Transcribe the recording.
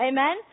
Amen